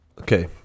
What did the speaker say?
Okay